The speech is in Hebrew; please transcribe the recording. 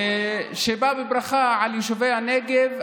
שבא בברכה על יישובי הנגב,